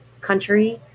country